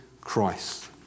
Christ